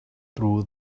through